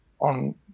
on